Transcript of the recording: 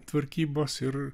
tvarkybos ir